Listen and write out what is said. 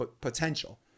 potential